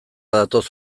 datoz